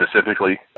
specifically